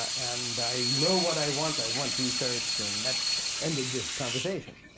and i know what i want. i want research. and that ended the conversation.